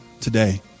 today